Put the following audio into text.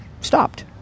stopped